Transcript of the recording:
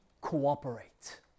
cooperate